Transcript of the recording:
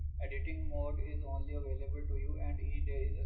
editing mode is only available to you, and each day